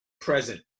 present